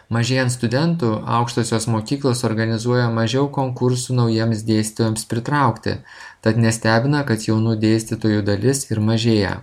mažėjant studentų aukštosios mokyklos organizuoja mažiau konkursų naujiems dėstytojams pritraukti tad nestebina kad jaunų dėstytojų dalis ir mažėja